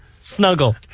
Snuggle